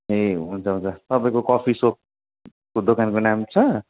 ए हुन्छ हुन्छ तपाईँको कफी सपको दोकानको नाम छ